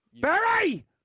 Barry